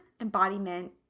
embodiment